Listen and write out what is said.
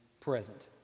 present